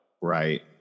Right